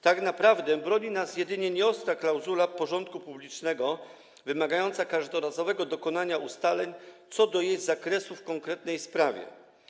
Tak naprawdę broni nas jedynie nieostra klauzula porządku publicznego, wymagająca każdorazowo dokonania ustaleń co do jej zakresu w konkretnej sprawie.